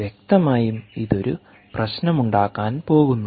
വ്യക്തമായും ഇത് ഒരു പ്രശ്നമുണ്ടാക്കാൻ പോകുന്നു